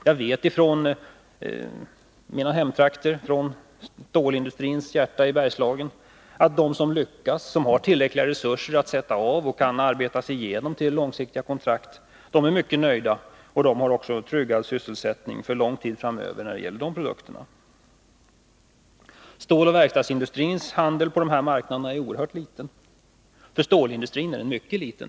Jag vet från mina hemtrakter, i stålindustrins hjärta i Bergslagen, att de som lyckas, de som har tillräckliga resurser att sätta av och som kan arbeta sig fram till långsiktiga kontrakt, är mycket nöjda och även har tryggad sysselsättning för lång tid framöver när det gäller deras produkter. Ståloch verkstadsindustrins handel på öststatsmarknaderna är liten — när det gäller stålindustrin mycket liten.